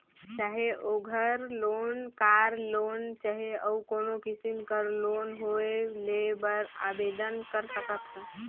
चाहे ओघर loan, car loan चहे अउ कोनो किसिम कर लोन होए लेय बर आबेदन कर सकत ह